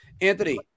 Anthony